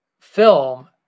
film